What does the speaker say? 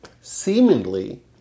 Seemingly